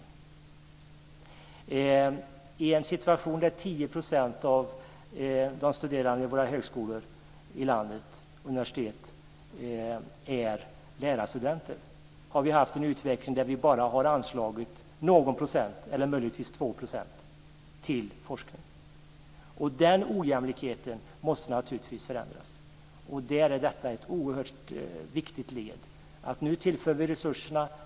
Från att ha haft en situation där 10 % av de studerande vid våra universitet och högskolor i landet varit lärarstudenter har vi haft en utveckling där vi bara har anslagit någon eller möjligtvis 2 % till forskning. Den ojämlikheten måste naturligtvis förändras. Ett oerhört viktigt led i detta är att vi nu tillför resurserna.